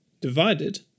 divided